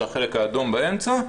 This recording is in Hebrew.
זה החלק האדום באמצע,